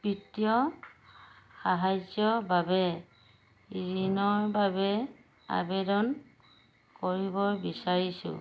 বিত্তীয় সাহাৰ্য্যৰ বাবে ঋণৰ বাবে আবেদন কৰিব বিচাৰিছোঁ